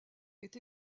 est